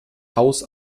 haus